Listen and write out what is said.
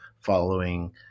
following